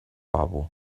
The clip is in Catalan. lavabo